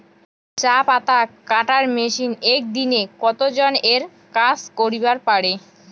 চা পাতা কাটার মেশিন এক দিনে কতজন এর কাজ করিবার পারে?